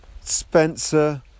Spencer